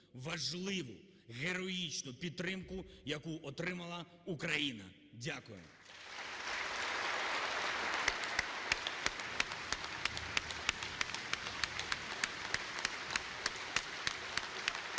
важливу героїчну підтримку, яку отримала Україна. Дякую.